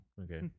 Okay